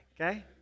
okay